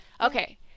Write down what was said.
Okay